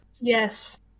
Yes